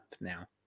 now